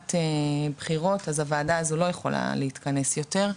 בחירות הוועדה הזאת לא יכולה להתכנס יותר.